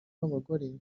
w’abagore